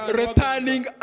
returning